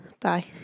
Bye